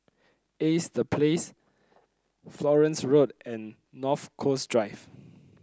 Ace The Place Florence Road and North Coast Drive